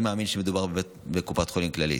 אני מאמין שמדובר בקופת חולים כללית,